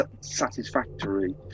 satisfactory